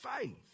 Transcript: faith